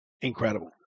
incredible